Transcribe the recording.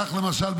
כך למשל,